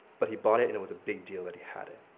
but he bought it and it was a big deal that he had it.